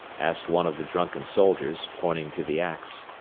asked one of the drunken soldiers, pointing to the ax.